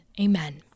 Amen